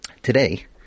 Today